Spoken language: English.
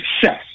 success